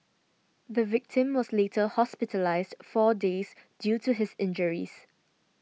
the victim was later hospitalised four days due to his injuries